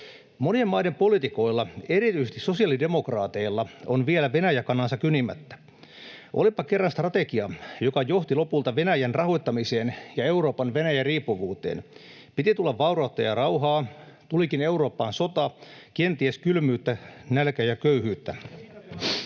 Monien maiden poliitikoilla, erityisesti sosiaalidemokraateilla on vielä Venäjä-kanansa kynimättä. Olipa kerran strategia, joka johti lopulta Venäjän rahoittamiseen ja Euroopan Venäjä-riippuvuuteen. Piti tulla vaurautta ja rauhaa, tulikin Eurooppaan sota, kenties kylmyyttä, nälkää ja köyhyyttä.